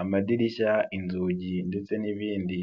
amadirishya inzugi ndetse n'ibindi.